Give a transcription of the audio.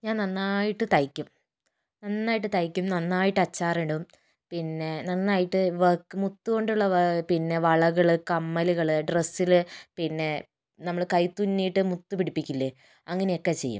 ഞാൻ നന്നായിട്ട് തയ്ക്കും നന്നായിട്ട് തയ്ക്കും നന്നായിട്ട് അച്ചാറിടും പിന്നെ നന്നായിട്ട് വർക്ക് മുത്ത് കൊണ്ടുള്ള പിന്നെ വളകൾ കമ്മലുകൾ ഡ്രസ്സിൽ പിന്നെ നമ്മളുടെ കൈ തുന്നിയിട്ട് മുത്തുപിടിപ്പിക്കില്ലേ അങ്ങനെയൊക്കെ ചെയ്യും